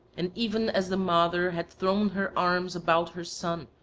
and even as the mother had thrown her arms about her son,